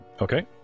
Okay